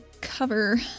cover